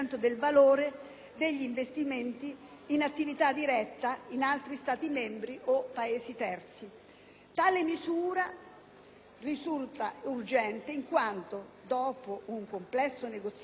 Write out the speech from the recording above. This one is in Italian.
degli investimenti in attività dirette in altri Stati membri o Paesi terzi. Tale misura risulta urgente in quanto, dopo un complesso negoziato,